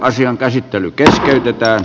asian käsittely keskeytetään